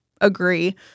agree